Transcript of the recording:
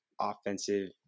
offensive